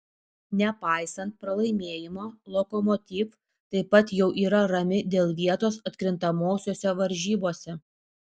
nepaisant pralaimėjimo lokomotiv taip pat jau yra rami dėl vietos atkrintamosiose varžybose